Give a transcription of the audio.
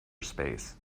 space